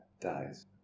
dies